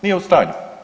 Nije u stanju.